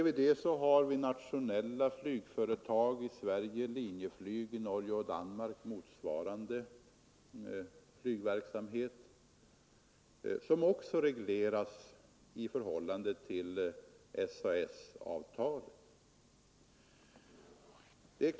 Därutöver har vi det nationella flygföretaget Linjeflyg — motsvarande flygverksamhet finns i Norge och Danmark — vars verksamhet också regleras i förhållande till SAS-avtalet.